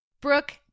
Brooke